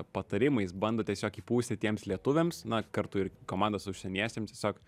patarimais bando tiesiog įpūsti tiems lietuviams na kartu ir komandos užsieniesiam tiesiog